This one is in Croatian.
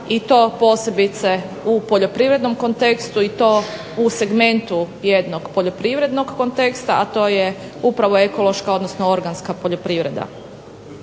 i to posebice u poljoprivrednom kontekstu i to u segmentu jednog poljoprivrednog konteksta, a to je upravo ekološka, odnosno organska poljoprivreda.